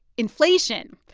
inflation.